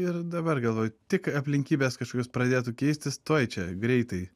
ir dabar galvoju tik aplinkybės kašokios pradėtų keistis tuoj čia greitai